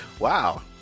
Wow